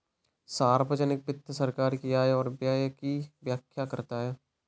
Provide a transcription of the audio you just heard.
सार्वजिक वित्त सरकार की आय और व्यय की व्याख्या करता है